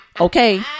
okay